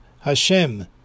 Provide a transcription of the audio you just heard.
Hashem